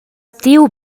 tiu